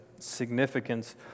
significance